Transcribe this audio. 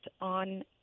On